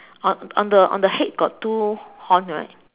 on on the on the head got two horn right